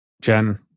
Jen